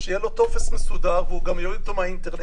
שיהיה לו טופס מסודר והוא גם יוריד אותו מהאינטרנט.